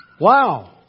Wow